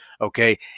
okay